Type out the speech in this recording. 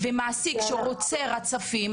ומעסיק שרוצה רצפים,